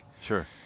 Sure